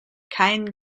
keinen